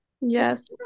yes